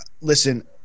listen